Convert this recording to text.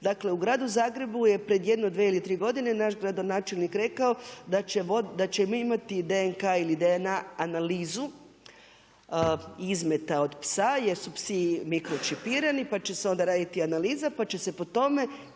Dakle u gradu Zagrebu je pred jedno dve ili tri godine naš gradonačelnik rekao da ćemo imati DNK ili DNA analizu izmeta od psa jer su psi mikročipirani pa će se onda raditi analiza pa će se po tome